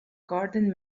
garden